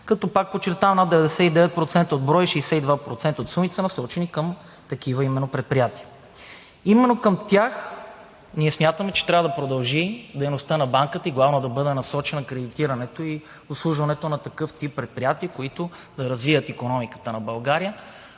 като пак подчертавам, че над 99% от броя и 62% от сумите са насочени към такива именно предприятия. Именно към тях ние смятаме, че трябва да продължи дейността на банката и главно да бъде насочено кредитирането и обслужването на такъв тип предприятия, които да развият икономиката на България